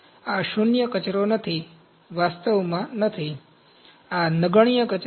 આ શૂન્ય કચરો નથી વાસ્તવમાં નથી આ નગણ્ય કચરો છે